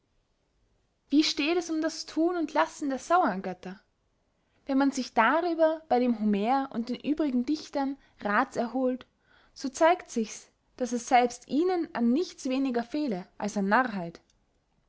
wie steht es um das thun und lassen der sauern götter wenn man sich darüber bey dem homer und den übrigen dichtern raths erholt so zeigt sichs daß es selbst ihnen an nichts weniger fehle als an